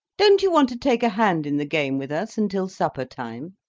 don't you want to take a hand in the game with us until supper time?